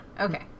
Okay